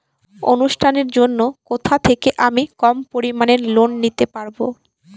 অনুষ্ঠানের জন্য কোথা থেকে আমি কম পরিমাণের লোন নিতে পারব?